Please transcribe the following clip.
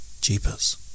jeepers